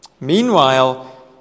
Meanwhile